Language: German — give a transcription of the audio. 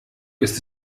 ist